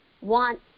want